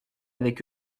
avec